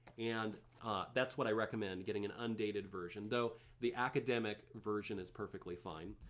and that's what i recommend, getting an undated version, though the academic version is perfectly fine.